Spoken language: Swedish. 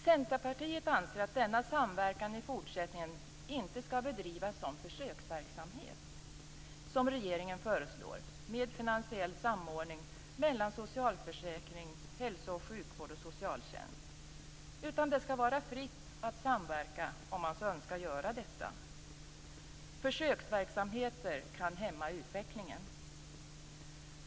Centerpartiet anser att denna samverkan i fortsättningen inte skall bedrivas som försöksverksamhet, som regeringen föreslår, med finansiell samordning mellan socialförsäkring, hälsooch sjukvård och socialtjänst. Vi anser att det skall vara fritt att samverka om man så önskar. Försöksverksamheter kan hämma utvecklingen.